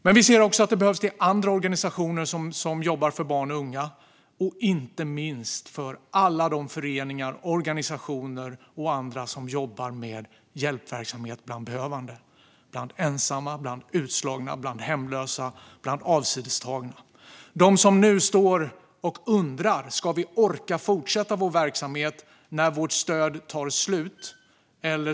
Men vi ser att det behövs mer också till andra organisationer som jobbar för barn och unga och inte minst till föreningar, organisationer och andra som jobbar med hjälpverksamhet bland behövande - ensamma, utslagna, hemlösa och avsidestagna. De står nu och undrar: Ska vi orka fortsätta med vår verksamhet när vårt stöd tar slut?